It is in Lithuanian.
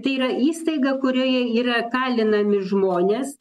tai yra įstaiga kurioje yra kalinami žmonės